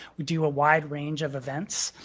we do a wide range of events.